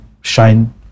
shine